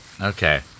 Okay